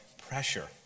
pressure